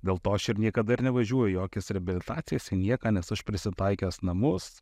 dėl to aš ir niekada ir nevažiuoju į jokias reabilitacijas į nieką nes aš prisitaikęs namus